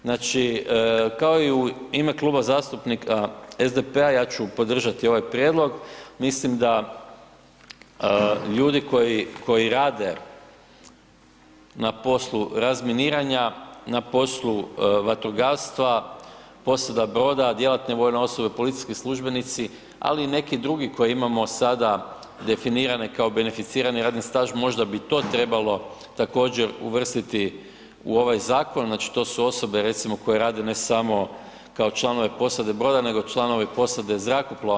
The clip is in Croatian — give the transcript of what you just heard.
Znači, kao i u ime Kluba zastupnika SDP-a ja ću podržati ovaj prijedlog, mislim da ljudi koji, koji rade na poslu razminiranja, na poslu vatrogastva, posada broda, djelatne vojne osobe, policijski službenici, ali i neki drugi koje imamo sada definirane kao beneficirani radni staž, možda bi to trebalo također uvrstiti u ovaj zakon, znači to su osobe recimo koje rade ne samo kao članovi posade broda, nego članovi posade zrakoplova.